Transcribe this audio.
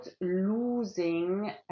losing